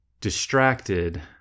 distracted